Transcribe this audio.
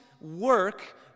work